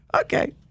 Okay